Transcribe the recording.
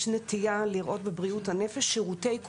יש נטייה לראות בבריאות הנפש שירותי קופות חולים.